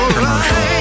Commercial